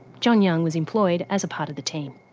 john young was employed as a part of the team.